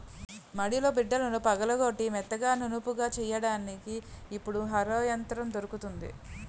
మడిలో బిడ్డలను పగలగొట్టి మెత్తగా నునుపుగా చెయ్యడానికి ఇప్పుడు హరో యంత్రం దొరుకుతుంది